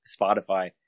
Spotify